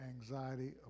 anxiety